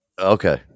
okay